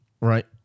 Right